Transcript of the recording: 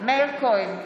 מאיר כהן,